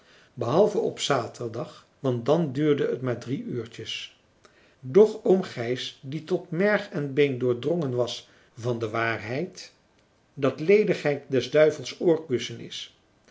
behalve op zaterdag want dan duurde het maar drie uurtjes doch oom gijs die tot merg en been doordrongen was van de waarheid dat ledigheid des duivels oorkussen is